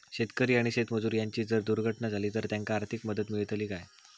शेतकरी आणि शेतमजूर यांची जर दुर्घटना झाली तर त्यांका आर्थिक मदत मिळतली काय?